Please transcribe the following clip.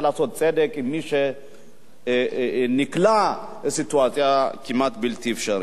לעשות צדק עם מי שנקלע לסיטואציה כמעט בלתי אפשרית.